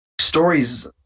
stories